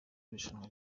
irushanwa